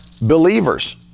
believers